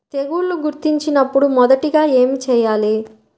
తెగుళ్లు గుర్తించినపుడు మొదటిగా ఏమి చేయాలి?